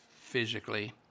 physically